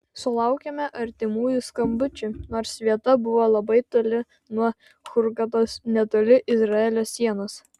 sulaukėme artimųjų skambučių nors vieta buvo labai toli nuo hurgados netoli izraelio sienos